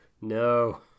No